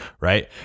right